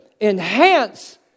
enhance